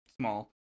small